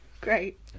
great